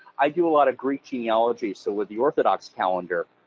i do a lot of greek genealogy, so with the orthodox calendar,